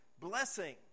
blessing